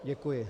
Děkuji.